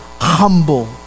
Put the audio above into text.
humble